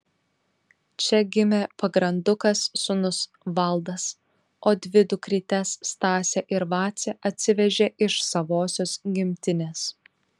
čia gimė pagrandukas sūnus valdas o dvi dukrytes stasę ir vacę atsivežė iš savosios gimtinės